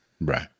Right